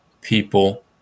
people